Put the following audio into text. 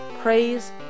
praise